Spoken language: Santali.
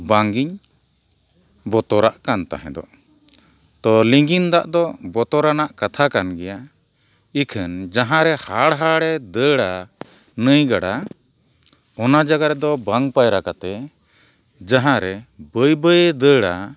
ᱵᱟᱝᱜᱤᱧ ᱵᱚᱛᱚᱨᱟᱜ ᱠᱟᱱ ᱛᱟᱦᱮᱸ ᱫᱚ ᱛᱚ ᱞᱤᱝᱜᱤᱱ ᱫᱟᱜ ᱫᱚ ᱵᱚᱛᱚᱨᱟᱱᱟᱜ ᱠᱟᱛᱷᱟ ᱠᱟᱱ ᱜᱮᱭᱟ ᱮᱠᱷᱮᱱ ᱡᱟᱦᱟᱸ ᱨᱮ ᱦᱟᱲ ᱦᱟᱲᱮ ᱫᱟᱲᱟ ᱱᱟᱹᱭ ᱜᱟᱰᱟ ᱚᱱᱟ ᱡᱟᱭᱜᱟ ᱨᱮᱫᱚ ᱵᱟᱝ ᱯᱟᱭᱨᱟ ᱠᱟᱛᱮ ᱡᱟᱦᱟᱸ ᱨᱮ ᱵᱟᱹᱭ ᱵᱟᱹᱭ ᱫᱟᱹᱲᱟ